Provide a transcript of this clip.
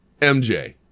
MJ